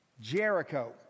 Jericho